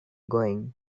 going